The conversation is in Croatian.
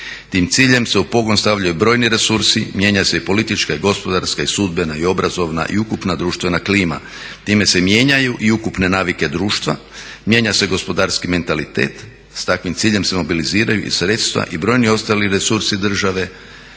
Tim ciljem se u pogon stavljaju brojni resursi, mijenja se i politička i gospodarska i sudbena i obrazovna i ukupna društvena klima. Time se mijenjaju i ukupne navike društva, mijenja se gospodarski mentalitet, s takvim ciljem se mobiliziraju i sredstva i brojni ostali resursi države